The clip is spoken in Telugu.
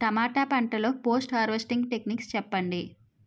టమాటా పంట లొ పోస్ట్ హార్వెస్టింగ్ టెక్నిక్స్ చెప్పండి?